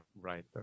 Right